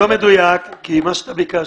שאתם ביקשתם,